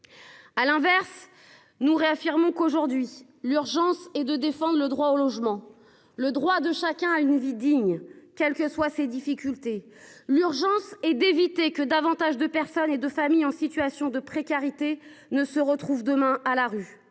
À l'inverse nous réaffirmons qu'aujourd'hui l'urgence est de défendre le droit au logement, le droit de chacun à une vie digne, quelles que soient ses difficultés, l'urgence est d'éviter que davantage de personnes et de familles en situation de précarité ne se retrouve demain à la rue.